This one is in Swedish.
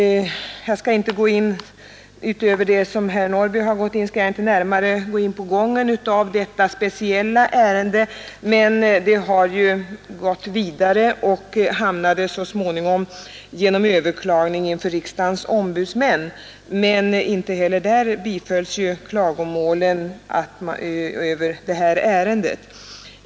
Jag skall inte gå närmare in på gången av detta speciella ärende utöver vad herr Norrby i Åkersberga har anfört utan bara nämna att det så småningom hamnade inför riksdagens ombudsmän, som emellertid lämnade klagomålen utan åtgärd.